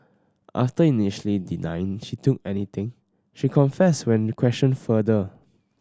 after initially denying she took anything she confessed when questioned further